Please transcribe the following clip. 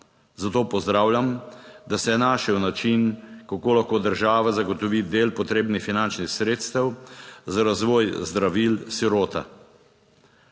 Zato pozdravljam, da se je našel način, kako lahko država zagotovi del potrebnih finančnih sredstev za razvoj zdravil sirota.